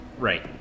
right